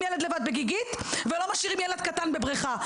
ילד לבד בגיגית ולא משאירים ילד קטן בבריכה.